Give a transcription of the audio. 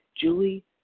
Julie